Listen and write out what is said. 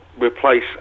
replace